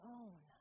own